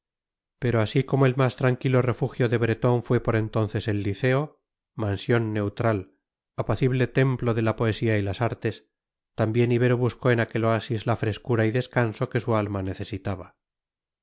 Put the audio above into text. pero así como el más tranquilo refugio de bretón fue por entonces el liceo mansión neutral apacible templo de la poesía y las artes también ibero buscó en aquel oasis la frescura y descanso que su alma necesitaba